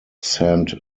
saint